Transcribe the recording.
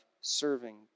serving